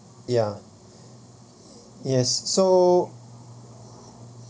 ya yes so